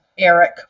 Eric